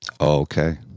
Okay